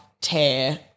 tear